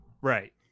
Right